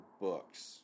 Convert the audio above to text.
books